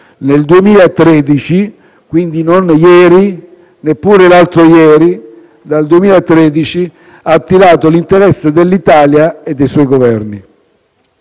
nel 2013 (quindi, non ieri e neppure l'altro ieri), ha attirato l'interesse dell'Italia e dei suoi Governi.